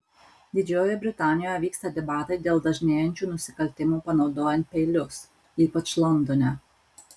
didžiojoje britanijoje vyksta debatai dėl dažnėjančių nusikaltimų panaudojant peilius ypač londone